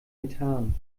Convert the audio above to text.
methan